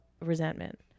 resentment